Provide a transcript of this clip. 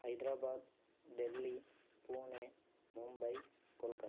Hyderabad Delhi Pune Mumbai Kolkata